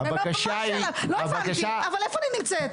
זה לא בעולם שלה, לא הבנתי, אבל איפה אני נמצאת?